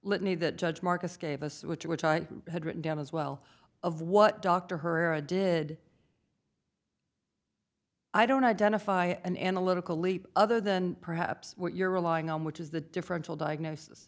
litany that judge marcus gave us which i had written down as well of what dr her did i don't identify an analytical leap other than perhaps what you're relying on which is the differential diagnosis